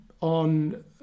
on